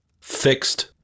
fixed